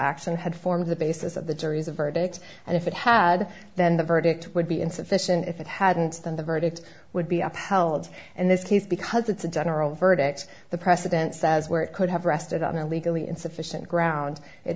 and had formed the basis of the jury's verdict and if it had then the verdict would be insufficient if it hadn't been the verdict would be upheld and this case because it's a general verdicts the president says where it could have rested on a legally insufficient ground it